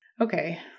Okay